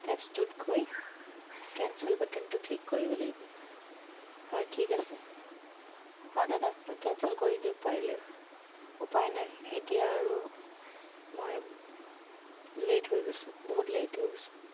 এপচটোত গৈ কেনচেল বাটনটো ক্লিক কৰিব লাগিব হয় ঠিক আছে হয় দাদা কেনচেল কৰি দিয়ক পাৰিলে উপায় নাই এতিয়া আৰু মই লেট হৈ গৈছোঁ বহুত লেট হৈ গৈছোঁ